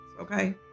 okay